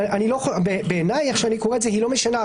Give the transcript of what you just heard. אבל בעיני איך שאני קורא את זה היא לא משנה,